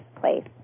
place